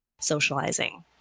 socializing